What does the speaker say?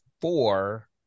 four